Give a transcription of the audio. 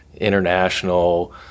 International